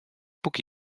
póki